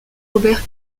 robert